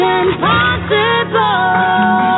impossible